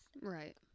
Right